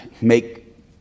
make